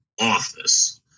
office